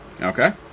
Okay